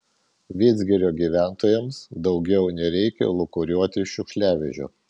vidzgirio gyventojams daugiau nereikia lūkuriuoti šiukšliavežio